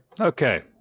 Okay